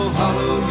hollow